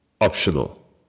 optional